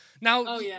Now